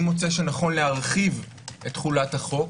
אני מוצא שנכון להרחיב את תחולת החוק.